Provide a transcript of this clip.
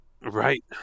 right